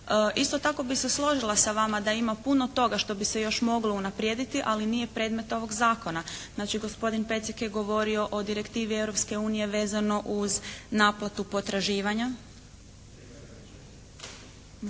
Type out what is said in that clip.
Isto tako bih se složila sa vama da ima puno toga što bi se još moglo unaprijediti, ali nije predmet ovog Zakona. Znači gospodin Pecek je govorio o direktivi Europske unije vezano uz naplatu potraživanja.